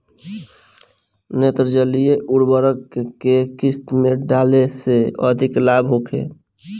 नेत्रजनीय उर्वरक के केय किस्त में डाले से अधिक लाभ होखे?